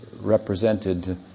represented